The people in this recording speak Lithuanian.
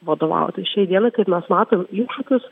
vadovauti šiai dienai kaip mes matom iššūkius